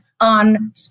on